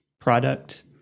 product